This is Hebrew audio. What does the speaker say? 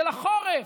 של החורף,